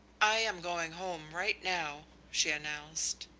i am going home right now, she announced.